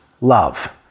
love